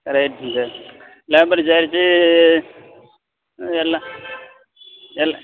ரைட்டுங்க sir labour charge எல்லாம் எல்லா